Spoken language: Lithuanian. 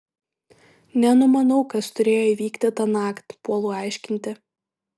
nenumanau kas turėjo įvykti tąnakt puolu aiškinti